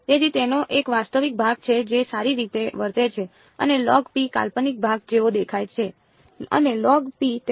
તેથી તેનો એક વાસ્તવિક ભાગ છે જે સારી રીતે વર્તે છે અને કાલ્પનિક ભાગ જેવો દેખાય છે અને તેનું મૂલ્ય શું છે